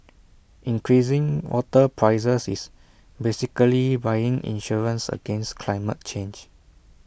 increasing water prices is basically buying insurance against climate change